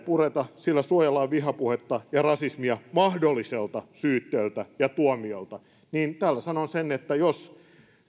pureta sillä suojellaan vihapuhetta ja rasismia mahdolliselta syytteeltä ja tuomiolta niin tällä sanon sen että jos